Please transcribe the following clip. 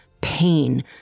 pain